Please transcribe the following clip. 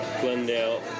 Glendale